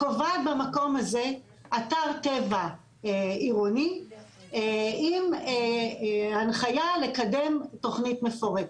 קובעת במקום הזה אתר טבע עירוני עם הנחיה לקדם תוכנית מפורטת.